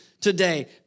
today